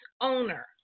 owner